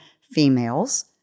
females